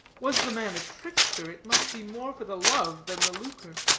was the man a trickster, it must be more for the love than the lucre.